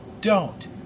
don't